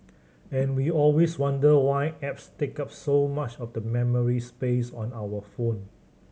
and we always wonder why apps take up so much of the memory space on our phone